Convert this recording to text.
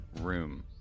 room